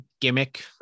gimmick